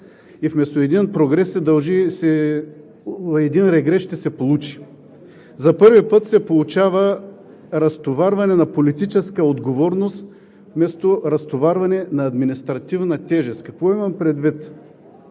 и вместо един прогрес ще се получи един регрес. За първи път се получава разтоварване на политическа отговорност вместо разтоварване на административна тежест. Какво имам предвид?